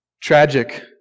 Tragic